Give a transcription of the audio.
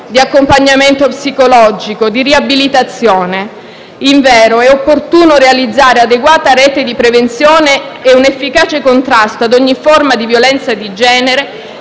di accompagnamento psicologico, di riabilitazione. Invero, è opportuno realizzare un'adeguata rete di prevenzione e un efficace contrasto a ogni forma di violenza di genere